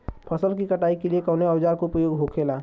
फसल की कटाई के लिए कवने औजार को उपयोग हो खेला?